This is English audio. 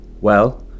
Well